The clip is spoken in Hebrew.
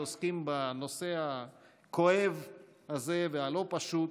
עוסקים בנושא הכואב הזה והלא-פשוט.